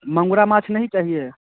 मंगूरा माछ नहीं चाहिए